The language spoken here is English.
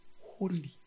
holy